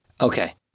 Okay